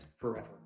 forever